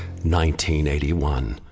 1981